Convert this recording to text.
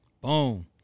Boom